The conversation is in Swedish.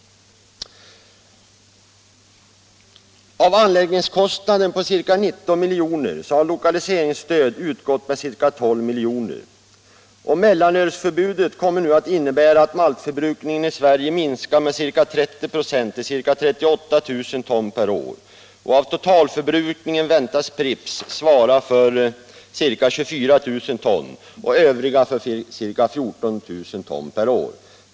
Anläggningskostnaden var på ca 19 milj.kr., och lokaliseringsstöd har utgått med ca 12 milj.kr. Mellanölsförbudet kommer nu att innebära att maltförbrukningen i Sverige minskar med ca 30 96 till ca 38 000 ton per år. Av totalförbrukningen väntas Pripps svara för ca 24000 ton och övriga för ca 14 000 ton per år.